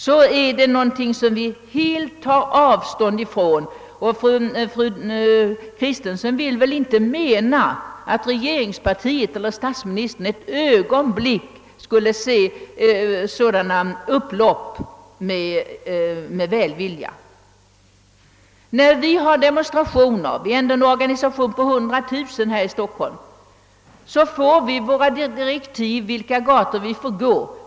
Det är någonting som vi helt tar avstånd från. Fru Kristensson vill väl inte göra gällande, att regeringspartiet eller statsministern ett ögonblick skulle se sådana upplopp med välvilja? När vi har demonstrationer — vi är ändå en organisation med 100 000 medlemmar här i Stockholm — får vi våra direktiv om på vilka gator vi kan gå.